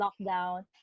lockdown